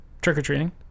Trick-or-treating